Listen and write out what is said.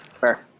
Fair